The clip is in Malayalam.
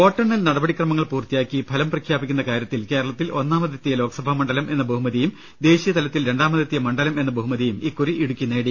വോട്ടെണ്ണൽ നടപടിക്രമങ്ങൾ പൂർത്തിയാക്കി ഫലം പ്രഖ്യാപിക്കുന്ന കാര്യത്തിൽ കേരളത്തിൽ ഒന്നാമതെത്തിയ ലോക്സഭാ മണ്ഡലം എന്ന ബഹുമ തിയും ദേശീയതലത്തിൽ രണ്ടാമതെത്തിയ മണ്ഡലം എന്ന ബഹുമതിയും ഇക്കുറി ഇടുക്കി നേടി